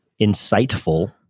insightful